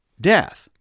death